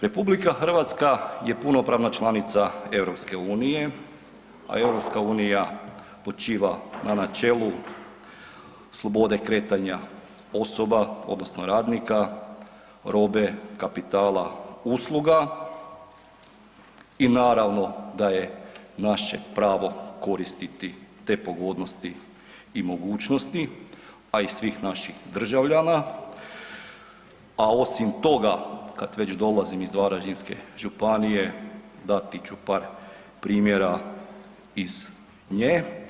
RH je punopravna članica EU-a a EU počiva na načelu slobode kretanja osoba odnosno radnika, robe, kapitala, usluga i naravno da je naše pravo koristiti te pogodnosti i mogućnosti a i svih naših državljana a osim toga kad već dolazim iz Varaždinske županije, dati ću par primjera iz nje.